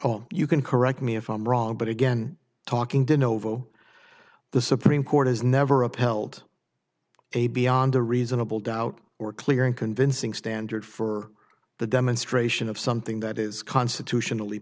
own you can correct me if i'm wrong but again talking to novo the supreme court has never upheld a beyond a reasonable doubt or clear and convincing standard for the demonstration of something that is constitutionally